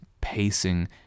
pacing